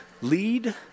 lead